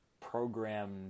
programmed